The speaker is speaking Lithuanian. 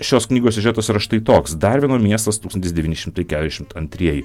šios knygos siužetas yra štai toks darvino miestas tūkstantis devyni šimtai keturiasdešimt antrieji